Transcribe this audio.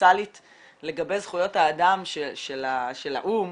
האוניברסאלית לגבי זכויות האדם של האו"ם